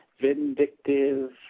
vindictive